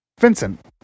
Vincent